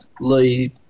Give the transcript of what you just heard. leave